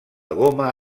goma